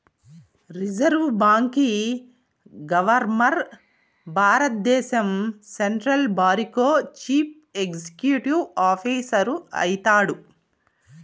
reserve బాంకీ governor భారద్దేశం central బారికో చీఫ్ ఎక్సిక్యూటివ్ ఆఫీసరు అయితాడు